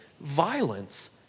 violence